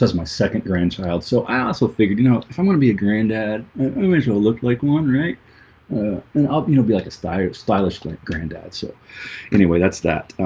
my second grandchild so i ah so figured, you know, i'm gonna be a granddad anyways we'll look like one right and up, you know be like a stylish stylish like granddad. so anyway, that's that